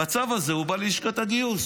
בצו הזה הוא בא ללשכת הגיוס.